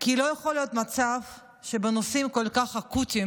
כי לא יכול להיות מצב שבנושאים כל כך אקוטיים,